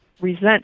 resent